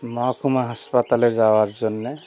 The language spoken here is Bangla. মহকুমা হাসপাতালে যাওয়ার জন্যে